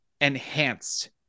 enhanced